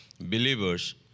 believers